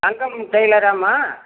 தங்கம் டெய்லராம்மா